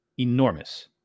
enormous